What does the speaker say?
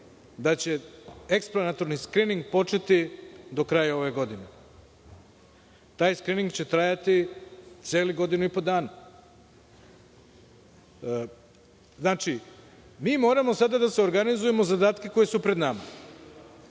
da će eksplanatorni skrining početi do kraja ove godine. Taj skrining će trajati celih godinu i po dana. Znači, mi moramo sada da se organizujemo za zadatke koji su pred nama.